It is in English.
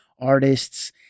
artists